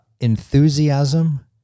enthusiasm